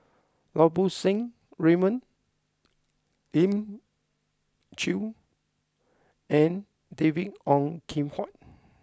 Lau Poo Seng Raymond Elim Chew and David Ong Kim Huat